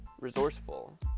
resourceful